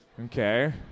Okay